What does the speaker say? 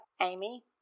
Amy